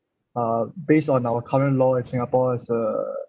uh based on our current law in singapore it's a